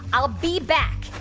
i'll be back.